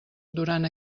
durant